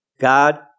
God